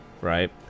right